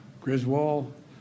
Griswold